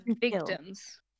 victims